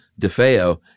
DeFeo